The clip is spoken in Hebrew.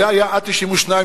זה היה עד 1992,